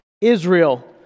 Israel